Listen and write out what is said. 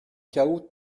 chaos